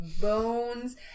bones